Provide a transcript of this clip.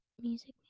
music